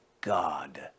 God